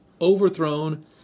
overthrown